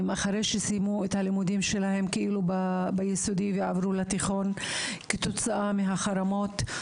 אחרי שסיימו את הלימודים שלהם ביסודי ועברו לתיכון כתוצאה מהחרמות.